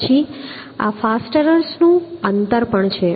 પછી આ ફાસ્ટનર્સનું અંતર પણ છે